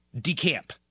decamp